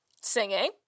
singing